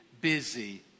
busy